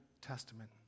Testament